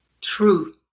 true